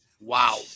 Wow